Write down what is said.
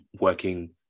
working